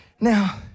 Now